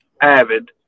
Avid